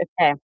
okay